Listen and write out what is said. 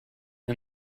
and